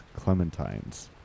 clementines